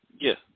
Yes